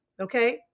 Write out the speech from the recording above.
okay